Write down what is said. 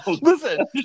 Listen